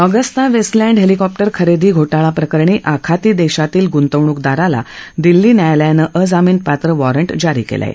Augusta Westland helicopter खरेदी घोटाळा प्रकरणी आखाती देशातील गुंतवणूकदाराला दिल्ली न्यायालयानं अजामिनपात्र वॉरंट जारी केलं आहे